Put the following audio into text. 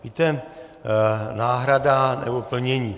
Víte, náhrada nebo plnění.